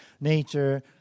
nature